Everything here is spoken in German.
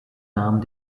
nahm